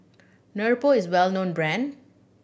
Nepro is a well known brand